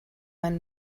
man